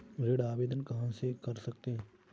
ऋण आवेदन कहां से कर सकते हैं?